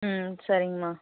ம் சரிங்கம்மா